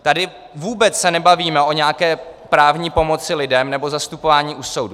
Tady se vůbec nebavíme o nějaké právní pomoci lidem nebo o zastupování u soudu.